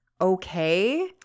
okay